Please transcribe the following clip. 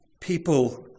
people